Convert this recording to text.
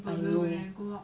I know